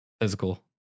physical